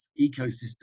ecosystem